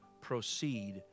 proceed